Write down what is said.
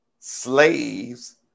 slaves